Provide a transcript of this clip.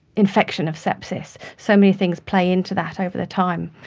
infection, of sepsis? so many things play into that over the time,